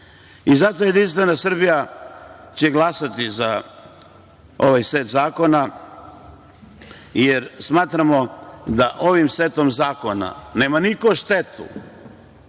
40%.Zato Jedinstvena Srbija će glasati za ovaj set zakona jer smatramo da ovim setom zakona nema niko štetu,